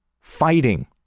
fighting